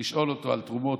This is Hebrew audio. לשאול אותו על תרומות.